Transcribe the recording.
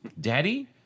Daddy